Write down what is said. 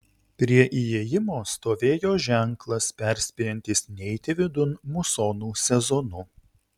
prie įėjimo stovėjo ženklas perspėjantis neiti vidun musonų sezonu